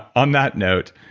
on that note,